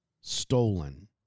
stolen